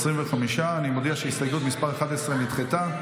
25. אני מודיע שהסתייגות מס' 11 נדחתה.